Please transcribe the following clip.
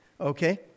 Okay